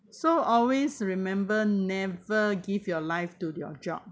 so always remember never give your life to your job